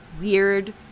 weird